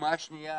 הדוגמה השנייה